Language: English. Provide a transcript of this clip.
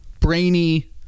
brainy